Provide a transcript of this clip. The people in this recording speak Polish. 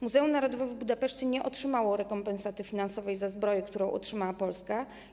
Muzeum Narodowe w Budapeszcie nie otrzymało rekompensaty finansowej za zbroję, którą otrzymała Polska.